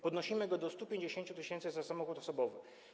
Podnosimy go do 150 tys. za samochód osobowy.